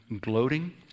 gloating